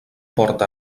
porta